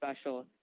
special